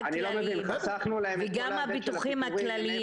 וגם הביטוחים הכלליים.